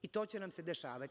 I, to će nam se dešavati.